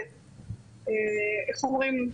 איך אומרים,